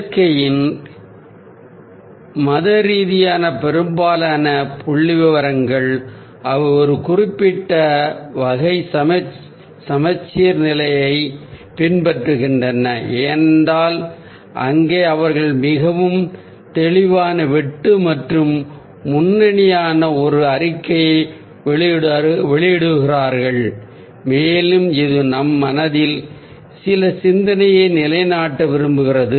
இயற்கையில் மத ரீதியான பெரும்பாலான புள்ளிவிவரங்கள் அவை ஒரு குறிப்பிட்ட வகை சமச்சீர்நிலையைப் பின்பற்றுகின்றன ஏனென்றால் அங்கே அவர்கள் மிகவும் தெளிவான மற்றும் முன்னணியான ஒரு அறிக்கையை வெளியிடுகிறார்கள் மேலும் இது நம் மனதில் சில சிந்தனையை நிலைநாட்ட விரும்புகிறது